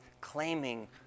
claiming